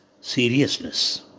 seriousness